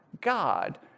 God